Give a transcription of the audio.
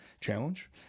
challenge